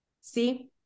See